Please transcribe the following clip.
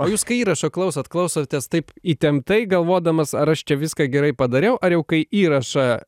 o jūs kai įrašo klausot klausotės taip įtemptai galvodamas ar aš čia viską gerai padariau ar jau kai įrašą